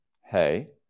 hey